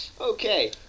Okay